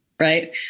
Right